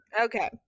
Okay